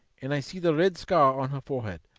and i see the red scar on her forehead.